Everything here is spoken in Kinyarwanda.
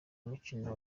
umukino